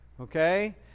okay